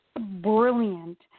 brilliant